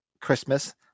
Christmas